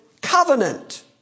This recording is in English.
covenant